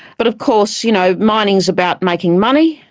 but of course you know mining's about making money,